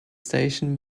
station